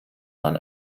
mann